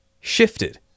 shifted